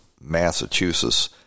Massachusetts